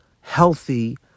healthy